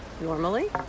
normally